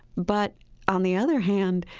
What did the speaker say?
but on the other hand,